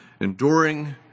enduring